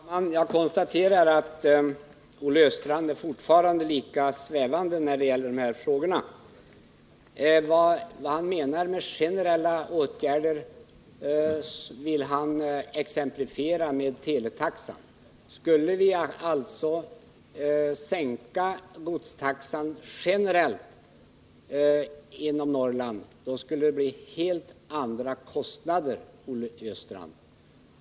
Herr talman! Jag konstaterar att Olle Östrand fortfarande är lika svävande när det gäller dessa frågor. Vad han menar med generella åtgärder vill han exemplifiera med teletaxan. Men skulle vi sänka godstaxan generellt inom Norrland, skulle det bli helt andra kostnader, Olle Östrand.